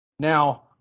Now